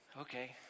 okay